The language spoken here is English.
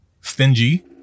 stingy